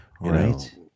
right